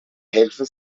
helfen